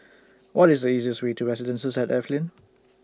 What IS The easiest Way to Residences At Evelyn